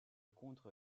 contre